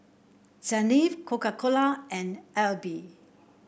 Saint Ives Coca Cola and AIBI